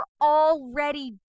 already